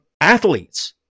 athletes